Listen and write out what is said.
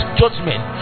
judgment